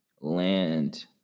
land